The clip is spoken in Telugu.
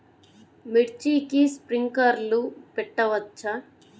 మిర్చికి స్ప్రింక్లర్లు పెట్టవచ్చా?